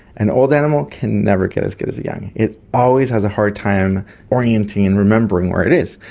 an old animal can never get as good as the young. it always has a hard time orienting and remembering where it is.